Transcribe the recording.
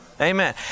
Amen